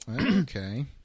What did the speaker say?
okay